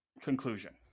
conclusion